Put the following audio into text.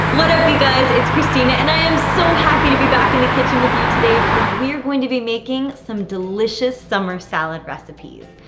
what up, you guys. it's christina, and i am so happy to be back in the kitchen with you today because we're going to be making some delicious summer salad recipes.